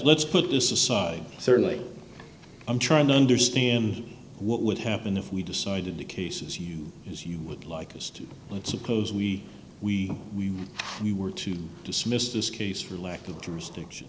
let's put this aside certainly i'm trying to understand what would happen if we decided to cases you as you would like us to suppose we we we we were to dismiss this case for lack of jurisdiction